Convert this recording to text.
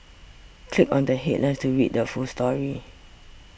click on the headlines to read the full story